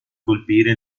colpire